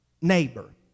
neighbor